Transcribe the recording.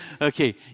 Okay